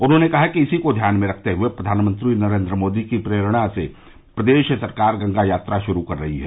उन्होंने कहा कि इसी को ध्यान में रखते हुए प्रधानमंत्री नरेन्द्र मोदी की प्रेरणा से प्रदेश सरकार गंगा यात्रा शुरू कर रही है